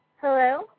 Hello